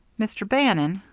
mr. bannon.